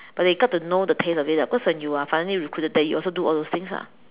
but they get to know the taste of it lah because when you are finally recruited then you also do all those things ah